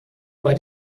bei